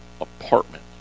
apartment